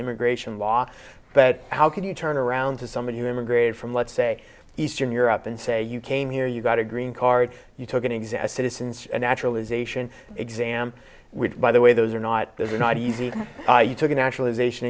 immigration law but how can you turn around to somebody who immigrated from let's say eastern europe and say you came here you got a green card you took an exegesis and naturalization exam which by the way those are not those are not easy you took a nationalization